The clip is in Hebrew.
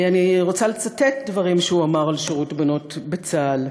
אני רוצה לצטט דברים שהוא אמר על שירות בנות בצה"ל: